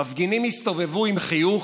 מפגינים הסתובבו עם חיוך,